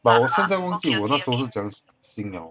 but 我现在忘记我那时候是怎样 sync liao